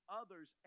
others